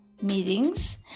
Meetings